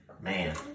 man